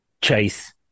Chase